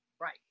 Right